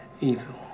evil